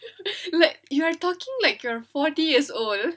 like you are talking like a forty year old